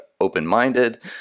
open-minded